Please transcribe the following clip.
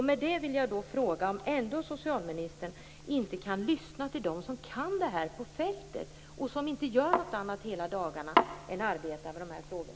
Med detta vill jag fråga om socialministern ändå inte kan lyssna till dem på fältet som kan det här och som inte gör någonting annat hela dagarna än arbetar med dessa frågor.